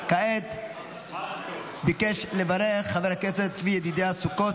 כעת ביקש לברך חבר הכנסת צבי ידידיה סוכות.